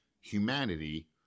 humanity